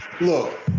Look